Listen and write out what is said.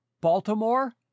Baltimore